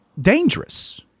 dangerous